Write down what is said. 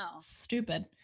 stupid